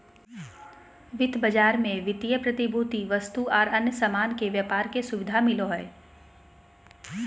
वित्त बाजार मे वित्तीय प्रतिभूति, वस्तु आर अन्य सामान के व्यापार के सुविधा मिलो हय